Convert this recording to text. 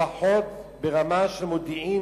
לפחות ברמה של מודיעין,